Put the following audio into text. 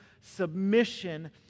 submission